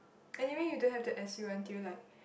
anyway you don't have to S U until like